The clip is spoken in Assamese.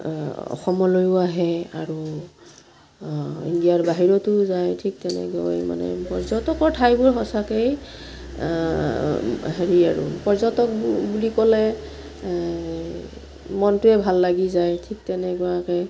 অসমলৈও আহে আৰু ইণ্ডিয়াৰ বাহিৰতো যায় ঠিক তেনেকৈ মানে পৰ্যটকৰ ঠাইবোৰ সঁচাকেই হেৰি আৰু পৰ্যটক বুলি ক'লে মনটোৱে ভাল লাগি যায় ঠিক তেনেকুৱাকে